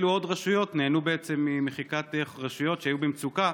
אילו עוד רשויות שהיו במצוקה,